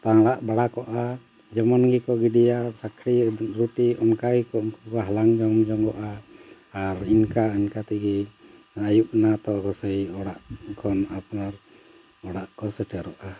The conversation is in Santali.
ᱛᱟᱬᱟᱜ ᱵᱟᱲᱟ ᱠᱚᱜᱼᱟ ᱡᱮᱢᱚᱱ ᱜᱮᱠᱚ ᱜᱤᱰᱤᱭᱟ ᱥᱟᱹᱠᱲᱤ ᱨᱩᱴᱤ ᱚᱱᱠᱟᱜᱮ ᱠᱚ ᱩᱱᱠᱩ ᱠᱚ ᱦᱟᱞᱟᱝ ᱡᱚᱢ ᱡᱚᱝᱚᱜᱼᱟ ᱟᱨ ᱤᱱᱠᱟᱹ ᱤᱱᱠᱟᱹ ᱛᱮᱜᱮ ᱟᱹᱭᱩᱵᱱᱟ ᱛᱚ ᱥᱮᱭ ᱚᱲᱟᱜ ᱠᱷᱚᱱ ᱟᱯᱱᱟᱨ ᱚᱲᱟᱜ ᱠᱚ ᱥᱮᱴᱮᱨᱚᱜᱼᱟ